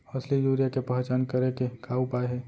असली यूरिया के पहचान करे के का उपाय हे?